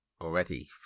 already